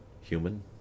human